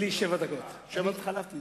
לי שבע דקות, אני התחלפתי.